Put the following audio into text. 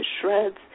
shreds